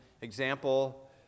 example